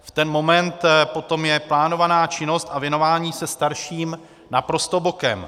V ten moment potom jde plánovaná činnost a věnování se starším naprosto bokem.